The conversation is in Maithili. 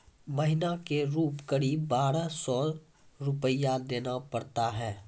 महीना के रूप क़रीब बारह सौ रु देना पड़ता है?